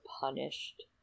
punished